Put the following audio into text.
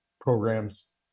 programs